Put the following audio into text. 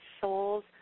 souls